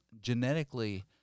genetically